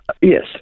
Yes